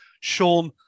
Sean